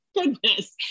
Goodness